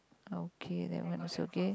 okay that was okay